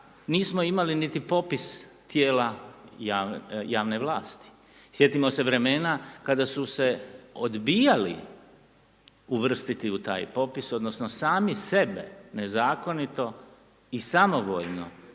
nismo imali niti popis Tijela javne vlasti, sjetimo se vremena kada su se odbijali uvrstiti u taj popis, odnosno sami sebe nezakonito i samovoljno